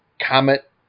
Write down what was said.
comet